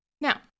Now